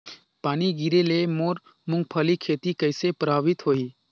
पानी गिरे ले मोर मुंगफली खेती कइसे प्रभावित होही?